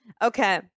Okay